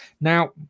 Now